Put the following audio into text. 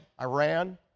Iran